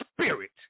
spirit